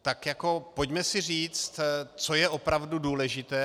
Tak pojďme si říct, co je opravdu důležité.